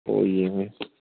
ꯑꯣ ꯌꯦꯡꯉꯣ ꯌꯦꯡꯉꯣ